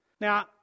Now